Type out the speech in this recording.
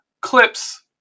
clips